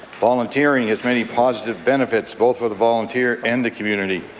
volunteering has many positive benefits, both for the volunteer and the community.